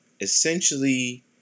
Essentially